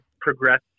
progress